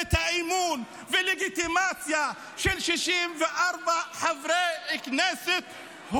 את האמון והלגיטימציה של 64 חברי כנסת,